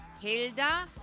Hilda